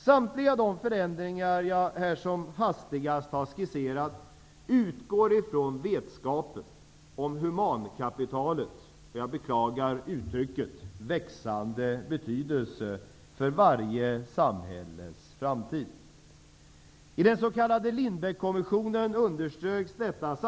Samtliga de förändringar som jag här som hastigast har skisserat utgår ifrån vetskapen om humankapitalets -- jag beklagar uttrycket -- växande betydelse för varje samhälles framtid. Den s.k. Lindbeckkommissionen underströk detta.